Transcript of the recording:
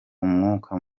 umwuka